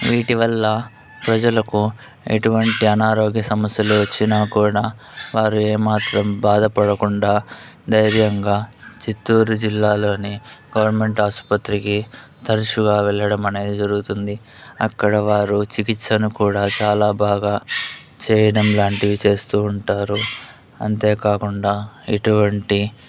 వీటివల్ల ప్రజలకు ఎటువంటి అనారోగ్య సమస్యలు వచ్చినా కూడా వారు ఏమాత్రం బాధపడకుండా ధైర్యంగా చిత్తూరు జిల్లాలోని గవర్నమెంట్ ఆసుపత్రికి తరచుగా వెళ్ళడం అనేది జరుగుతుంది అక్కడ వారు చికిత్సను కూడా చాలా బాగా చేయడం లాంటివి చేస్తూ ఉంటారు అంతేకాకుండా ఎటువంటి